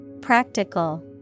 Practical